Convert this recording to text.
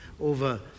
over